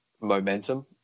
momentum